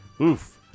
Oof